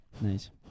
Nice